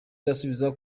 arasubiza